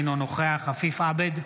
אינו נוכח עפיף עבד,